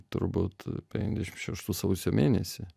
turbūt penkiasdešimt šeštų sausio mėnesį